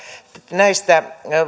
näistä